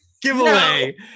Giveaway